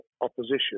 opposition